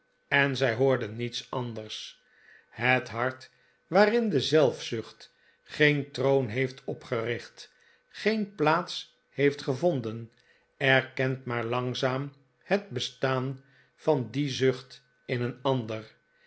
en zij hoorde niets anders het hart waarin de zelfzucht geen troon heeft opgericht geen plaats heeft gevonden erkent maar langzaam het bestaan van die zucht in een ander